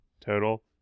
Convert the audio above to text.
total